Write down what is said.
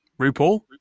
RuPaul